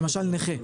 נכה,